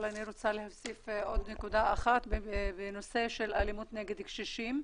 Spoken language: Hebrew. אבל אני רוצה להוסיף עוד נקודה אחת בנושא של אלימות נגד קשישים.